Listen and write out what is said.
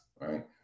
right